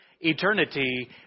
eternity